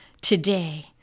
Today